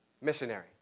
Missionary